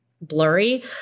blurry